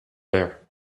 bare